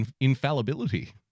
infallibility